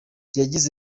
yagize